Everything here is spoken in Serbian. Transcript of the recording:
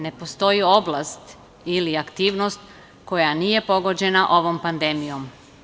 Ne postoji oblast ili aktivnost koja nije pogođena ovom pandemijom.